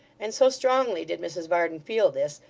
and so strongly did mrs varden feel this,